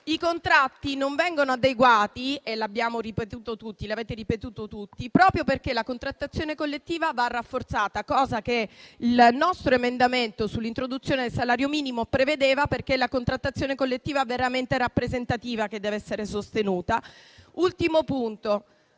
i contratti non vengono adeguati e l'abbiamo ripetuto tutti, proprio perché la contrattazione collettiva va rafforzata, cosa che il nostro emendamento sull'introduzione del salario minimo prevedeva, perché è la contrattazione collettiva veramente rappresentativa che deve essere sostenuta. Infine,